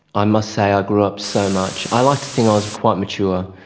i must say, i grew up so much. i like to think i was quite mature.